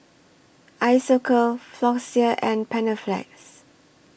Isocal Floxia and Panaflex